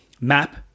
map